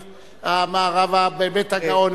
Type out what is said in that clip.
ש"ס,